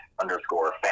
underscore